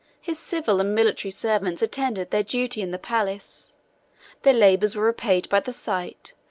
his civil and military servants attended their duty in the palace their labors were repaid by the sight,